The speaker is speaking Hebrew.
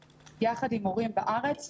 יחד עם מורים בארץ ובעולם.